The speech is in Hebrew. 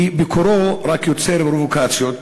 כי ביקורו רק יוצר פרובוקציות,